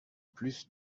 plus